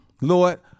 Lord